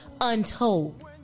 untold